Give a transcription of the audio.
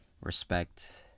respect